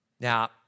Now